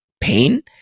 pain